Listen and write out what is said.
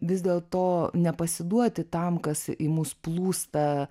vis dėlto nepasiduoti tam kas į mus plūsta